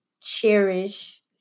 cherish